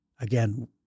again